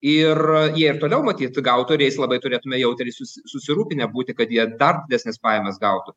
ir jie ir toliau matyt gautų ir jais labai turėtume jautriai susi susirūpinę būti kad jie dar didesnes pajamas gautų